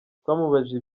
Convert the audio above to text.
twamubajije